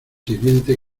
hiriente